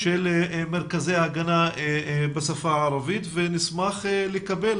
של מרכזי ההגנה בשפה הערבית ונשמח לקבל